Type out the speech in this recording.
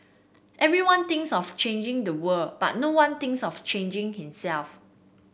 everyone thinks of changing the world but no one thinks of changing himself